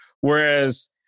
whereas